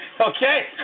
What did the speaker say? Okay